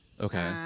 Okay